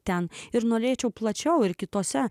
ten ir norėčiau plačiau ir kitose